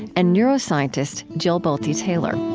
and neuroscientist jill bolte taylor